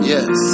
Yes